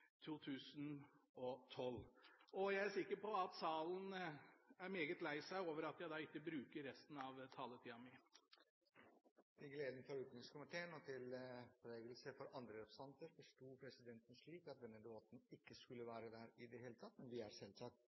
2012. Jeg er sikker på at salen er meget lei seg for at jeg ikke bruker resten av taletida mi. Til glede for utenrikskomiteen og til forargelse for andre representanter forsto presidenten det slik at det ikke skulle være noen debatt i det hele tatt, men vi er selvsagt